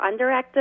underactive